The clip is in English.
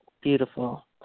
beautiful